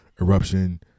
eruption